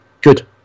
good